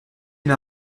m’a